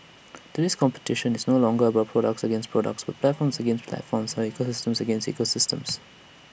today's competition is no longer products against products but platforms against platforms or ecosystems against ecosystems